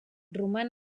roman